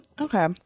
okay